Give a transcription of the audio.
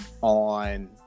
on